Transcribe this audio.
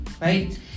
right